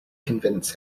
convince